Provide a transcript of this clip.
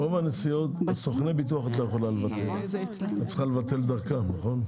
את צריכה לבטל דרך סוכני הנסיעות.